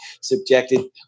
subjected